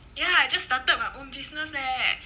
ya I just started my own business leh